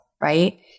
right